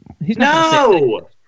No